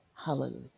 Hallelujah